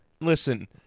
Listen